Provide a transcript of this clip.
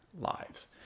lives